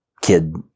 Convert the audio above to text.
kid